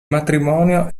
matrimonio